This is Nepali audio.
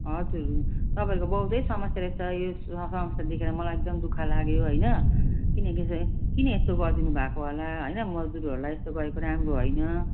हजुर तपाईँहरूको बहुतै समस्या रहेछ यो स समस्या देखेर मलाई एकदम दुःख लाग्यो होइन किनकि चाहिँ किन यस्तो गरिदिनु भएको होला होइन मजदुरहरूलाई यस्तो गरेको राम्रो होइन